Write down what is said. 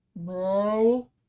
No